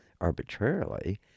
arbitrarily